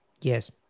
Yes